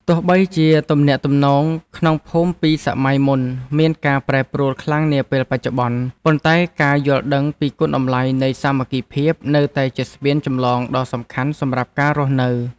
ទោះបីជាទំនាក់ទំនងក្នុងភូមិពីសម័យមុនមានការប្រែប្រួលខ្លាំងនាពេលបច្ចុប្បន្ន ប៉ុន្តែការយល់ដឹងពីគុណតម្លៃនៃសាមគ្គីភាពនៅតែជាស្ពានចម្លងដ៏សំខាន់សម្រាប់ការរស់នៅ។